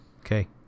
okay